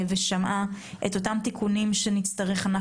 ואת התיקונים שנצטרך לעשות,